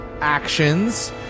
actions